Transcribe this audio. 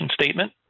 statement